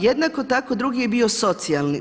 Jednako tako drugi je bio socijalni.